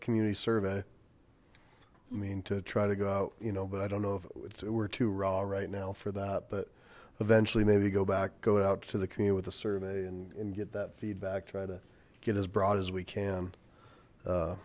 community survey i mean to try to go out you know but i don't know if it were too raw right now for that but eventually maybe go back go it out to the commune with the survey and get that feedback try to get as broad as we can